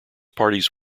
parties